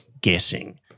guessing